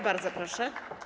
Bardzo proszę.